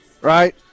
right